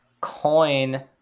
coin